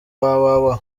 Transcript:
www